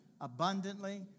abundantly